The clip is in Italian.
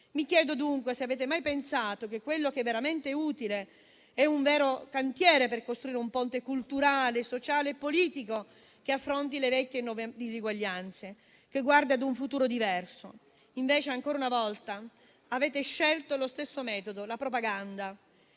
Vi chiedo, dunque, se avete mai pensato che ciò che sarebbe veramente utile è un cantiere per costruire un ponte culturale, sociale e politico in grado di affrontare le vecchie e le nuove disuguaglianze e che possa guardare a un futuro diverso. Invece, ancora una volta, avete scelto lo stesso metodo, la propaganda;